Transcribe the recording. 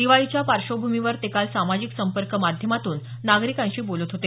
दिवाळीच्या पार्श्वभूमीवर ते काल सामाजिक संपर्क माध्यमातून नागरिकांशी बोलत होते